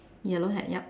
yellow hat yup